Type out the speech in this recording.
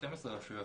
12 רשויות